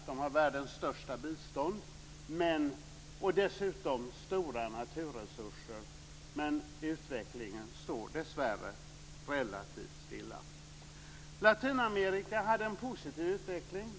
De har världens största bistånd och dessutom stora naturresurser, men utvecklingen står dessvärre relativt stilla. Latinamerika hade en positiv utveckling.